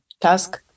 task